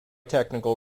technical